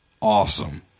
awesome